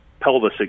pelvis